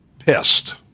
Pissed